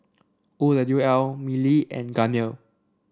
O W L Mili and Garnier